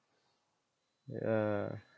yeah